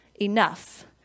enough